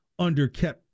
underkept